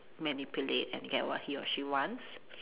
manipulate and get what he or she wants